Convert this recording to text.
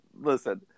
listen